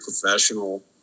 professional